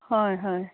হয় হয়